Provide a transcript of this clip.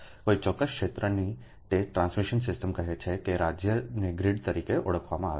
કોઈ ચોક્કસ ક્ષેત્રની તે ટ્રાન્સમિશન સિસ્ટમ કહે છે કે રાજ્યને ગ્રીડ તરીકે ઓળખવામાં આવે છે